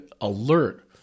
alert